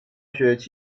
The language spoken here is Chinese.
大学